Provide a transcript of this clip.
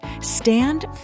Stand